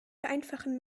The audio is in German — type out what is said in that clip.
vereinfachen